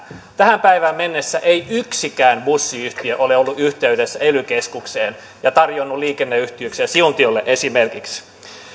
tähän päivään mennessä ei yksikään bussiyhtiö ole ollut yhteydessä ely keskukseen ja tarjonnut liikenneyhteyksiä siuntiolle esimerkiksi